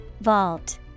Vault